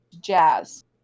jazz